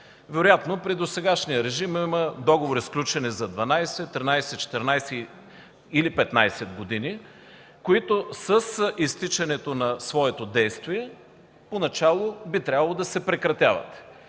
Вероятно при досегашния режим има договори, сключени за 12, 13, 14 или 15 години, които с изтичането на своето действие поначало би трябвало да се прекратяват.